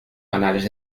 canales